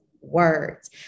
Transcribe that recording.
words